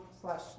slash